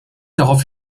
darauf